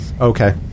Okay